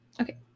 Okay